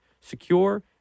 secure